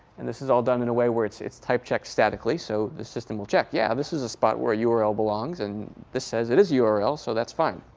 and this is all done in a way where it's it's type checked statically. so the system will check, yeah, this is a spot where a url belongs. and this says it is yeah a url. so that's fine.